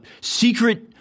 secret